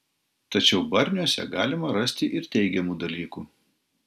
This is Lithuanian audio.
tačiau barniuose galima rasti ir teigiamų dalykų